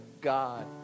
God